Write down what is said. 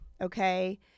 Okay